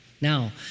Now